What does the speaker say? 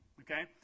okay